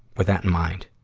with that in mind,